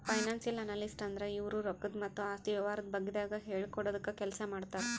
financial analyst ಅಂದ್ರ ಇವ್ರು ರೊಕ್ಕದ್ ಮತ್ತ್ ಆಸ್ತಿ ವ್ಯವಹಾರದ ಬಗ್ಗೆದಾಗ್ ಹೇಳ್ಕೊಡದ್ ಕೆಲ್ಸ್ ಮಾಡ್ತರ್